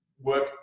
work